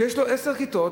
שיש לו עשר כיתות,